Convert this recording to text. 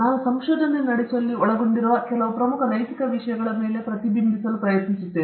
ನಾನು ಸಂಶೋಧನೆ ನಡೆಸುವಲ್ಲಿ ಒಳಗೊಂಡಿರುವ ಕೆಲವು ಪ್ರಮುಖ ನೈತಿಕ ವಿಷಯಗಳ ಮೇಲೆ ಪ್ರತಿಬಿಂಬಿಸಲು ಪ್ರಯತ್ನಿಸುತ್ತೇನೆ